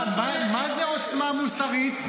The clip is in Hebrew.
מה זה עוצמה מוסרית?